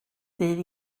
ddydd